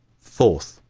fourth.